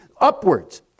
upwards